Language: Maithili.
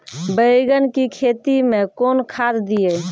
बैंगन की खेती मैं कौन खाद दिए?